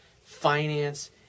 finance